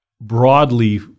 broadly